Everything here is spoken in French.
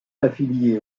affiliée